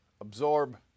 absorb